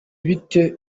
bite